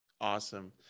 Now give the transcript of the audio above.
awesome